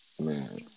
Man